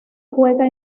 juega